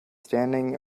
standing